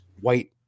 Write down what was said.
white